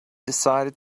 decided